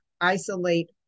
isolate